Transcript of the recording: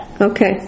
Okay